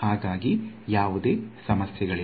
ಹಾಗಾಗಿ ಯಾವುದೇ ಸಮಸ್ಯೆಗಳಿಲ್ಲ